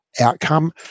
outcome